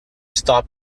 stop